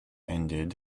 ended